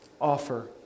offer